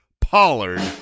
Pollard